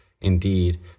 Indeed